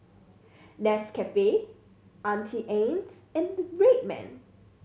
Nescafe Auntie Anne's and Red Man